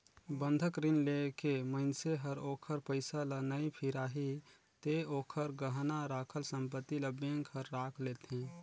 बंधक रीन लेके मइनसे हर ओखर पइसा ल नइ फिराही ते ओखर गहना राखल संपति ल बेंक हर राख लेथें